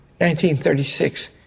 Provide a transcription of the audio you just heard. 1936